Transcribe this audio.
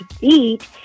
eat